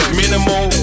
minimal